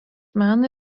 meno